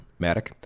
Matic